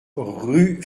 rue